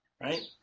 right